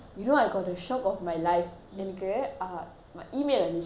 எனக்கு:enaku uh email வந்தது:vanthathu that day I was with vilesh playing badminton